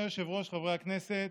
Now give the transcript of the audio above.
אדוני היושב-ראש, חברי הכנסת,